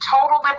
total